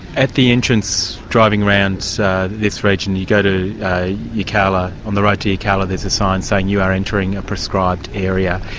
at the entrance, driving around so this region, you go to yirrkala on the road to yirrkala there's a sign saying you are entering a proscribed area.